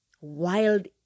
wild